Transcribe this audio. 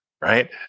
Right